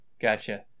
Gotcha